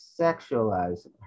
sexualizing